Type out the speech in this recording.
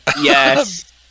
yes